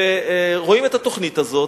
ורואים את התוכנית הזאת,